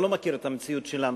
אתה לא מכיר את המציאות שלנו.